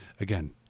Again